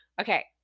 okay